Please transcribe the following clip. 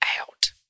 out